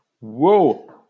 Whoa